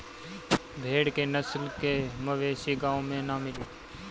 भेड़ के नस्ल के मवेशी गाँव में ना मिली